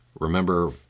Remember